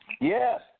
Yes